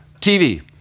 TV